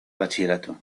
bachillerato